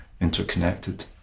interconnected